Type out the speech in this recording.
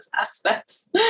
aspects